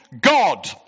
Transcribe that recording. God